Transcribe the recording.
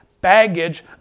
baggage